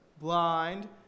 blind